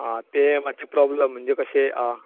आं ते मात्शे प्रोब्लम म्हणजे कशें